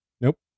Nope